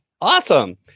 Awesome